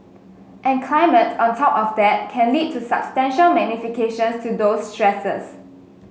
and climate on top of that can lead to substantial magnifications to those stresses